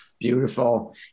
Beautiful